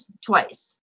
twice